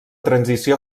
transició